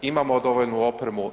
Imamo dovoljnu opremu.